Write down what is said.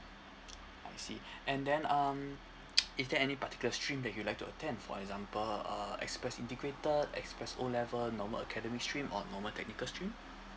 I see and then um is there any particular stream that you'd like to attend for example uh express integrated express O level normal academic stream or normal technical stream